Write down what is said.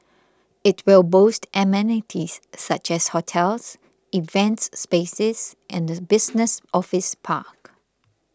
it will boast amenities such as hotels events spaces and a business office park